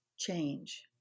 change